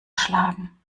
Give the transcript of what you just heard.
schlagen